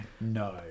no